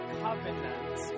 covenant